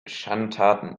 schandtaten